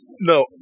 No